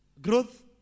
Growth